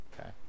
Okay